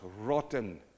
rotten